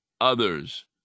others